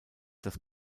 das